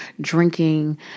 drinking